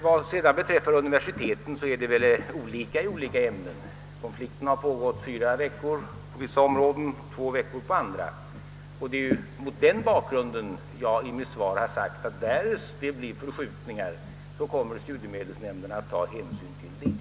Vad beträffar universiteten är läget olika i olika ämnen. Konflikten har pågått i fyra veckor på vissa områden, i två veckor på andra. Det är mot denna bakgrund jag i mitt svar uttalat, att därest det blir förskjutningar, kommer studiemedelsnämnden att ta hänsyn till detta.